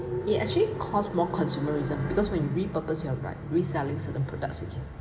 it actually costs more consumerism because when you repurpose your right reselling certain products again